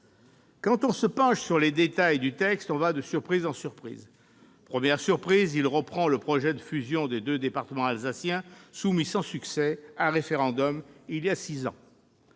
Quand on se penche sur les détails du texte, on va de surprise en surprise. Première surprise : il reprend le projet de fusion des deux départements alsaciens soumis sans succès à référendum il y a six ans.